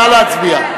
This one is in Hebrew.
נא להצביע.